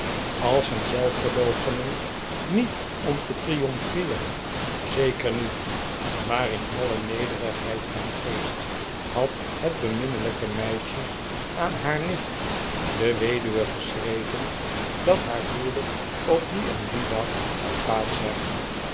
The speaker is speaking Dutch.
als een zelfverloochening niet om te triomfeeren zeker niet maar in alle nederigheid van geest had het beminnelijke meisje aan haar nicht de weduwe geschreven dat haar huwelijk op dien en dien dag zou plaats hebben